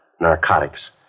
narcotics